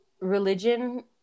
religion